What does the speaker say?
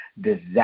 disaster